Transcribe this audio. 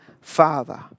Father